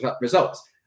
results